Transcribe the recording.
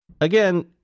Again